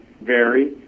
vary